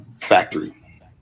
Factory